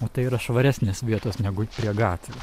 o tai yra švaresnės vietos negu prie gatvių